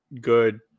good